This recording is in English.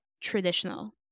Traditional